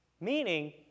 Meaning